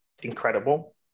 incredible